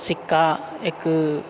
सिक्का एक